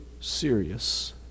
serious